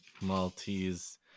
Maltese